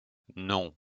non